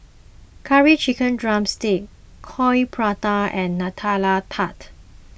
Curry Chicken Drumstick Coin Prata and Nutella Tart